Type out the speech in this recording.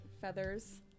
feathers